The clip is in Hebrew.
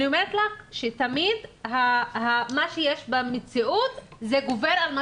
אני אומרת לך שתמיד מה שיש במציאות גובר על מה